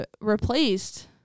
replaced